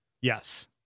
Yes